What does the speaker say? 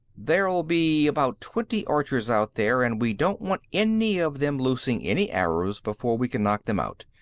there'll be about twenty archers out there, and we don't want any of them loosing any arrows before we can knock them out.